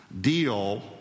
Deal